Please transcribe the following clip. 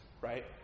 right